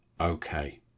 Okay